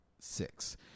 six